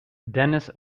dennis